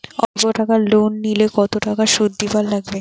অল্প টাকা লোন নিলে কতো টাকা শুধ দিবার লাগে?